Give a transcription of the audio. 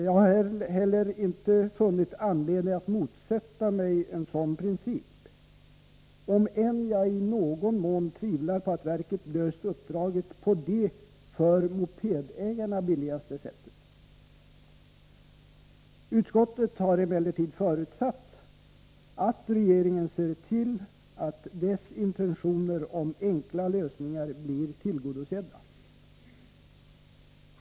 Jag har heller inte funnit anledning att motsätta mig en sådan princip, om jag än i någon mån tvivlar på att verket löst uppdraget på det för mopedägarna billigaste sättet. Utskottet har emellertid förutsatt att regeringen ser till, att dess intentioner i fråga om enkla lösningar blir tillgodosedda.